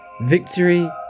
Victory